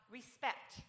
respect